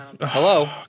Hello